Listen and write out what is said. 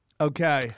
Okay